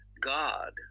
God